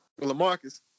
Lamarcus